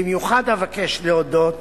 במיוחד אבקש להודות